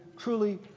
Truly